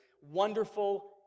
wonderful